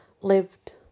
lived